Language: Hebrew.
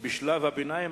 בשלב הביניים,